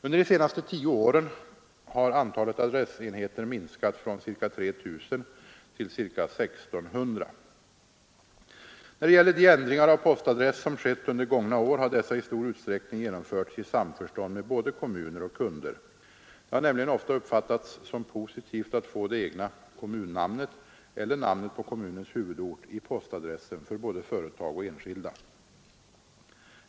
Under de senaste tio åren har antalet adressenheter minskat från ca 3 000 till ca 1 600. När det gäller de ändringar av postadress som skett under gångna år har dessa i stor utsträckning genomförts i samförstånd med både kommuner och kunder. Det har nämligen ofta uppfattats som positivt att få det egna kommunnamnet eller namnet på kommunens huvudort i postadressen för både företag och enskilda.